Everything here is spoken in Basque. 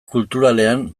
kulturalean